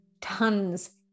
tons